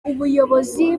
ubuyobozi